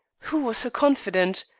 who was her confidant?